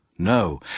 no